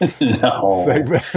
No